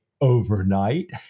overnight